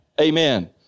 Amen